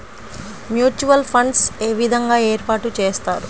Mutual funds ఏ విధంగా ఏర్పాటు చేస్తారు?